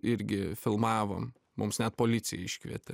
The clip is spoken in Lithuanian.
irgi filmavom mums net policiją iškvietė